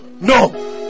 no